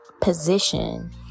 position